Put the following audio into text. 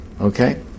Okay